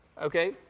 Okay